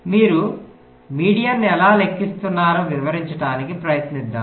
మీరు మధ్యగతం ఎలా లెక్కిస్తున్నారో వివరించడానికి ప్రయత్నిద్దాం